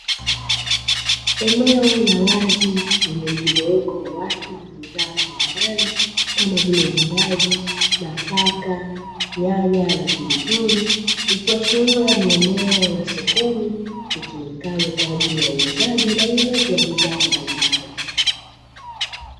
Eneo la wazi lenye mjumuiko wa watu na bidhaa mbalimbali kama vile; viazi, nafaka, nyanya na pilipili. Ikiashiria ni eneo la sokoni litumikalo kwa ajili ya uuzaji na ununuzi wa bidhaa mbalimbali.